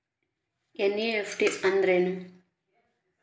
NEFT ಅಂದ್ರೆನು?